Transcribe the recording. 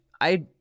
I-